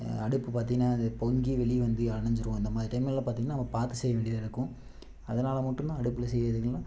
அடுப்பு பார்த்திங்கன்னா இது பொங்கி வெளியே வந்து அணைஞ்சிரும் இந்த மாதிரி டைம்லலாம் பார்த்திங்கன்னா நாம் பார்த்து செய்ய வேண்டியதாக இருக்கும் அதனால மட்டும் தான் அடுப்பில் செய்கிறது இல்லைன்னா